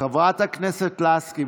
חברת הכנסת לסקי,